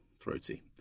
throaty